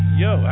yo